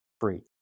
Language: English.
free